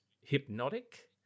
hypnotic